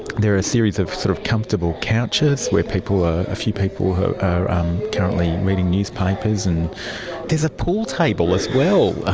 there are a series of sort of comfortable couches where ah a few people are um currently reading newspapers. and there's a pool table as well,